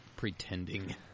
Pretending